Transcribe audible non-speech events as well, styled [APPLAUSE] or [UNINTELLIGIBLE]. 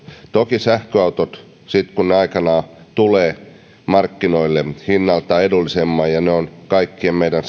toki sähköautot sitten kun ne aikanaan tulevat markkinoille hinnaltaan edullisemmin ja ne ovat kaikkien meidän [UNINTELLIGIBLE]